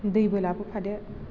दैबो लाबोफादो